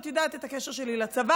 את יודעת את הקשר שלי לצבא,